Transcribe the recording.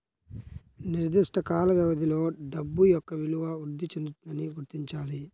నిర్దిష్ట కాల వ్యవధిలో డబ్బు యొక్క విలువ వృద్ధి చెందుతుందని గుర్తించాలి